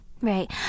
right